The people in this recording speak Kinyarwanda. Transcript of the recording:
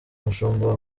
umushumba